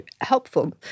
helpful